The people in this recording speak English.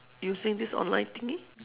using this online thingy